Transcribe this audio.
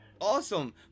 awesome